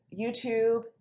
YouTube